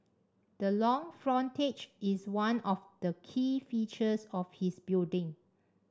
the long frontage is one of the key features of this building